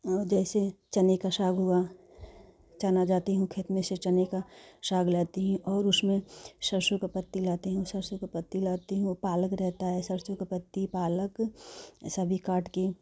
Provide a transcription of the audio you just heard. और जैसे चने का साग हुआ चना जाती हूँ खेत में से चने का साग लाती हूँ और उसमें सरसों की पत्ती लाती हूँ सरसों की पत्ती लाती हूँ और पालक रहता है सरसों की पत्ती पालक सभी काट के